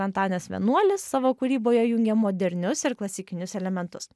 antanas vienuolis savo kūryboje jungė modernius ir klasikinius elementus